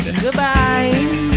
goodbye